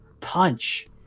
punch